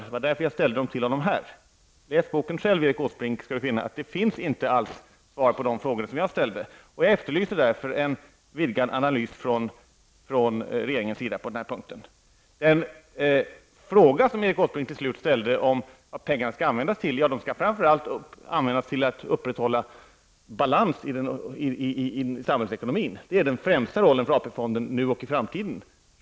Det var också därför som jag här ställde frågorna till honom. Om Erik Åsbrink läser boken skall han finna att det inte alls finns svar på de frågor som jag har ställt. Jag efterlyser därför en vidgad analys från regeringen på denna punkt. Erik Åsbrink frågade vad pengarna skall användas till. Ja, framför allt skall de användas till att upprätthålla balans i samhällsekonomin; det är den främsta rollen för AP-fonden nu och i framtiden.